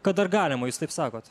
kad dar galima jūs taip sakot